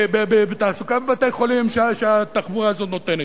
בתעסוקה בבתי-חולים שהתחבורה הזאת נותנת,